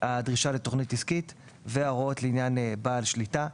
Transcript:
הדרישה לתכנית עסקית; וההוראות לעניין בעל שליטה.